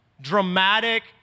dramatic